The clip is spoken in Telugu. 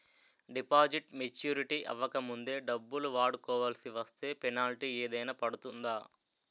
డిపాజిట్ మెచ్యూరిటీ అవ్వక ముందే డబ్బులు వాడుకొవాల్సి వస్తే పెనాల్టీ ఏదైనా పడుతుందా?